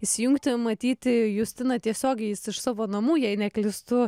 įsijungti matyti justiną tiesiogiai iš savo namų jei neklystu